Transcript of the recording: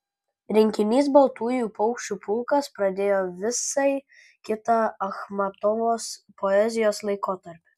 rinkinys baltųjų paukščių pulkas pradėjo visai kitą achmatovos poezijos laikotarpį